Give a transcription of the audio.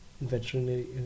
veterinary